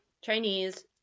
Chinese